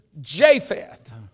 Japheth